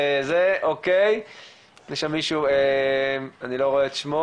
אורן, רצית להגיד משהו?